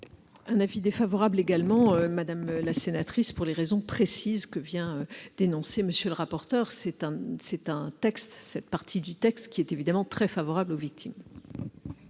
un avis défavorable, madame la sénatrice, pour les raisons précises que vient d'énoncer M. le rapporteur. Cette partie du texte est évidemment très favorable aux victimes.